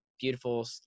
beautiful